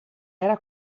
era